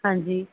ਹਾਂਜੀ